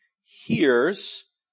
hears